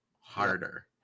harder